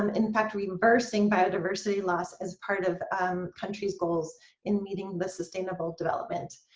um in fact reversing biodiversity loss as part of country's goals in meeting the sustainable development.